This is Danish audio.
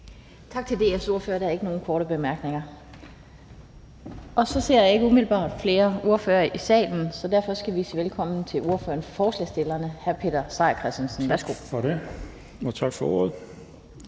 Tak til DF's ordfører. Der er ikke nogen korte bemærkninger. Så ser jeg ikke umiddelbart flere ordførere i salen, og derfor skal vi sige velkommen til ordføreren for forslagsstillerne, hr. Peter Seier Christensen. Værsgo. Kl.